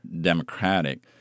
democratic